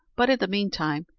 but, in the meantime,